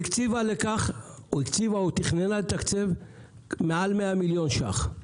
היא הקציבה לכך או תכננה לתקצב מעל 100 מיליון ש"ח.